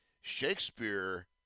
Shakespeare